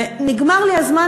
נגמר לי הזמן,